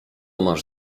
masz